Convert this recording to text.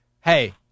hey